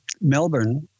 Melbourne